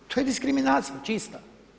To je diskriminacija čista.